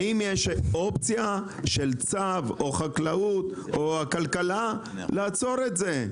האם יש אופציה של צו או החקלאות או הכלכלה לעצור את זה?